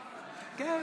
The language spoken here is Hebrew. סתם.